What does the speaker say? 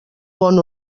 bon